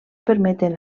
permeten